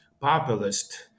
populist